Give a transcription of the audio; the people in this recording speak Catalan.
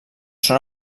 són